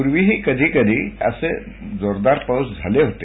पूर्वीही कधी कधी असे जोरदार पाऊस झाले होते